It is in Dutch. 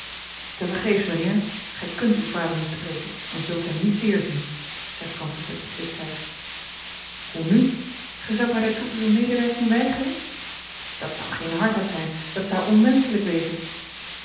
tevergeefs mijnheer gij kunt uw vader niet spreken en zult hem niet weerzien zei francis met beslistheid hoe nu gij zoudt mij daartoe uwe medewerking weigeren dat zou geene hardheid zijn dat zou onmenschelijk wezen